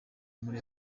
muri